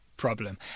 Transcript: problem